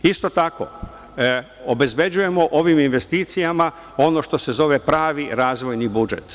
Isto tako, obezbeđujemo ovim investicijama ono što se zove pravi razvojni budžet.